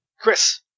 Chris